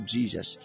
Jesus